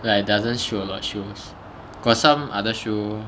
like it doesn't show a lot shows got some other show